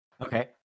Okay